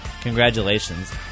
Congratulations